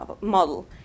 model